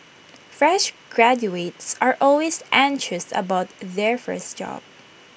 fresh graduates are always anxious about their first job